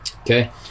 Okay